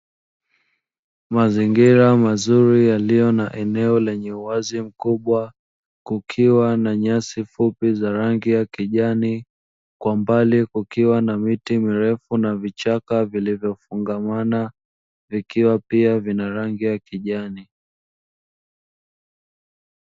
Mazingira mazuri yaliyo na eneo lenye uwazi mkubwa, kukiwa na nyasi fupi zenye rangi ya kijani. Kwa mbali kukiwa na miti mirefu na vichaka vilivyofungamana vikiwa pia vina rangi ya kijani.